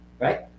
right